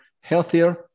healthier